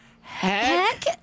heck